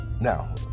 Now